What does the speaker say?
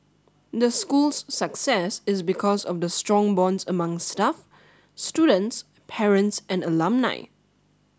the school's success is because of the strong bonds among staff students parents and alumni